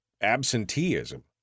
absenteeism